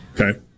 Okay